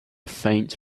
faint